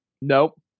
Nope